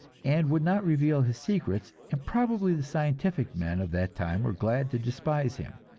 and would not reveal his secrets, and probably the scientific men of that time were glad to despise him,